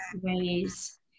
ways